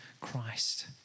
Christ